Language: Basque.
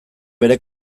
bere